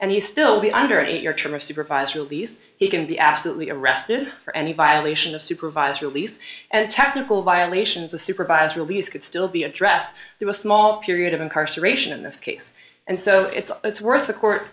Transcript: and he still be under age your term of supervised release he can be absolutely arrested for any violation of supervised release and technical violations of supervised release could still be addressed through a small period of incarceration in this case and so it's it's worth the court